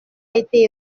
été